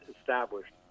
established